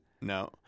no